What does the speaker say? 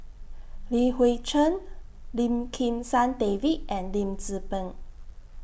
Li Hui Cheng Lim Kim San David and Lim Tze Peng